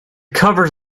covers